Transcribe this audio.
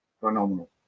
phenomenal